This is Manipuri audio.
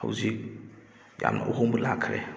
ꯍꯧꯖꯤꯛ ꯌꯥꯝꯅ ꯑꯍꯣꯡꯕ ꯂꯥꯛꯈ꯭ꯔꯦ